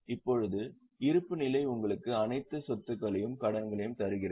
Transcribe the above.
இப்போது இருப்புநிலை உங்களுக்கு அனைத்து சொத்துகளையும் கடன்களையும் தருகிறது